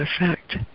effect